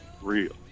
real